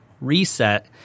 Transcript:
reset